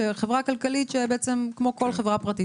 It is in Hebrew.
חברה כלכלית שבעצם כמו כל חברה פרטית,